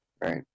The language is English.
Right